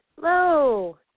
Hello